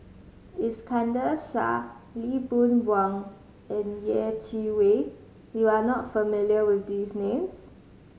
Iskandar Shah Lee Boon Wang and Yeh Chi Wei you are not familiar with these names